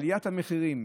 עליית המחירים,